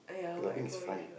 library is fun